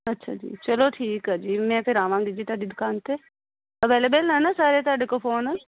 ਅੱਛਾ ਜੀ ਚਲੋ ਠੀਕ ਆ ਜੀ ਮੈਂ ਫਿਰ ਆਵਾਂਗੀ ਜੀ ਤੁਹਾਡੀ ਦੁਕਾਨ 'ਤੇ ਅਵੇਲੇਬਲ ਆ ਨਾ ਸਾਰੇ ਤੁਹਾਡੇ ਕੋਲ ਫੋਨ